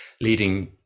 leading